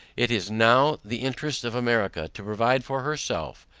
it is now the interest of america to provide for herself.